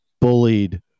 bullied